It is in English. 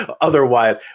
otherwise